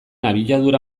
abiadura